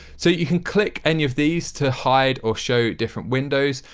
so, you can click any of these to hide or show different windows.